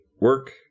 work